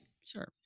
Sure